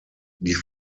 die